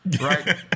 right